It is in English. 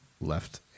left